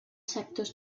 sectors